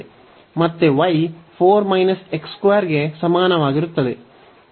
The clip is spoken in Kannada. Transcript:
ಮತ್ತೆ y 4 ಗೆ ಸಮಾನವಾಗಿರುತ್ತದೆ